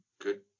good